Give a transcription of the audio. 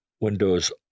windows